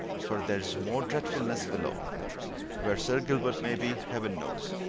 for there's more dreadfulness below where sir gilbert may be, heaven knows,